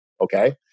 okay